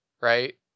right